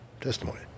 testimony